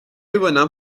übernahm